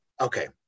Okay